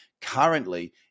Currently